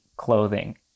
clothing